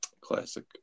classic